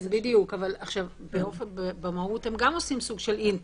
בדיוק, אבל במהות הם גם עושים סוג של התבוננות,